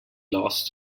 lost